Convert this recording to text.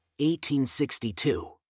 1862